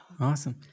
awesome